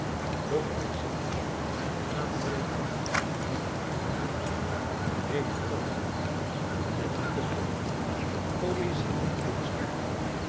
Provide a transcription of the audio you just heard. doch wij zien het aanbreken van een anderen en beteren dag letterkunde poëzie en kunsten